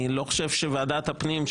אני לא חושב שוועדת הפנים,